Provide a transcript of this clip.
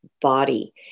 body